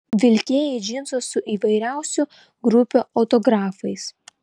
vilkėjai džinsus su įvairiausių grupių autografais